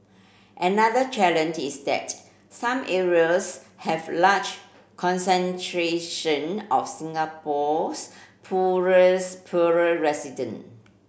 another challenge is that some areas have large concentration of Singapore's poor resident